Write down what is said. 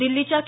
दिल्लीच्या के